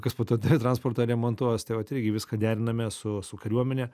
kas po to transportą remontuos tai vat irgi viską deriname su su kariuomene